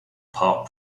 park